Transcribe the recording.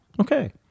okay